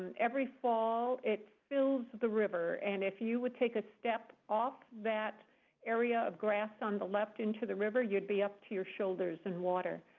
and every fall it fills the river. and if you will take a step off that area of grass, on the left, into the river, you'd be up to your shoulders in water.